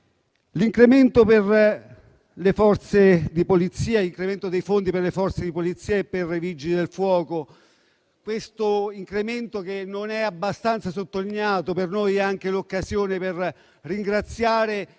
l'incremento dei fondi per le Forze di polizia e per i Vigili del fuoco. Questo incremento, che non è abbastanza sottolineato, rappresenta per noi anche l'occasione per ringraziare,